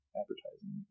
advertising